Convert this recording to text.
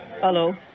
Hello